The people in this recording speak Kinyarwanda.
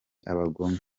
abagome